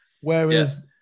Whereas